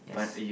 yes